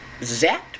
zapped